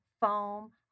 foam